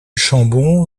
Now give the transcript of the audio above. chambon